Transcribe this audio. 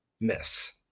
miss